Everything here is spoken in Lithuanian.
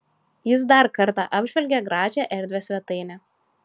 jis dar kartą apžvelgė gražią erdvią svetainę